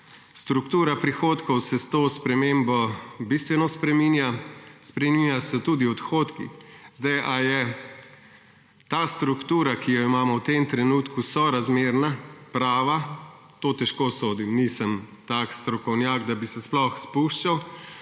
Struktura prihodkov se s to spremembo bistveno spreminja, spreminjajo se tudi odhodki. Zdaj, ali je ta struktura, ki jo imamo v tem trenutku, sorazmerna, prava, to težko sodim, nisem tak strokovnjak, da bi se sploh spuščal,